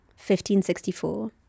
1564